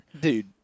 Dude